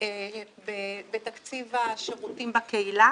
בתקציב השירותים בקהילה,